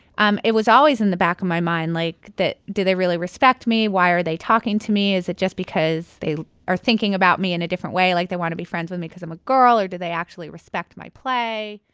it was always in the back of my mind, like, that do they really respect me? why are they talking to me? is it just because they are thinking about me in a different way, like they want to be friends with me because i'm a girl? or do they actually respect my play?